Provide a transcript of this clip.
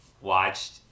watched